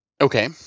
Okay